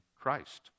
Christ